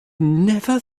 never